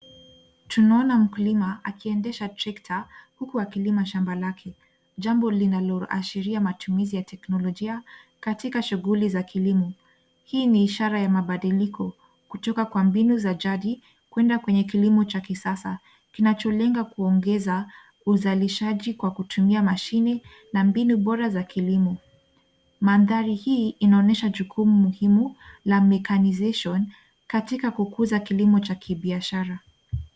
Tunaona mkulima akiendesha trekta huku akilima shamba lake jambo linaloashiria matumizi ya teknolojia katika shughuli za kilimo. Hii ni ishara ya mabadiliko kutoka kwa mbinu za jadi kwenda kwenye kilimo cha kisasa kinacholenga kuongeza uzalishaji kwa kutumia mashine na mbinu bora za kilimo. Mandhari hii inaonyesha jukumu muhimu la [cs[mechanization katika kukuza kilimo cha kibiashara.